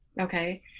okay